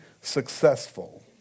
successful